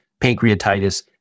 pancreatitis